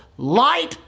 Light